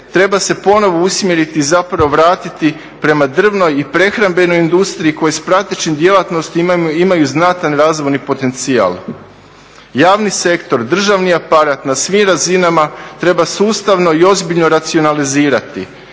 treba se ponovno usmjeriti i zapravo vratiti prema drvnoj i prehrambenoj industriji koja sa pratećim djelatnostima imaju znatan razvojni potencijal. Javni sektor, državni aparat na svim razinama treba sustavno i ozbiljno racionalizirati,